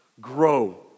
grow